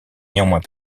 néanmoins